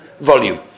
volume